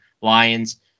Lions